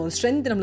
strength